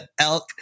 elk